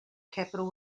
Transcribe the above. capital